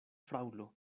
fraŭlo